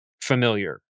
familiar